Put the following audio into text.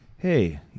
Hey